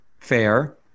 fair